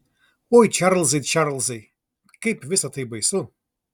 oi čarlzai čarlzai kaip visa tai baisu